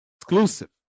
Exclusive